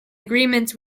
agreements